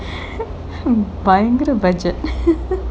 பயங்கர:bayangara budget